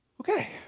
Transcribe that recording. okay